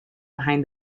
behind